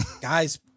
guys